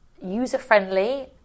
user-friendly